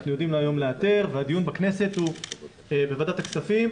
והדיון בכנסת הוא בוועדת הכספים,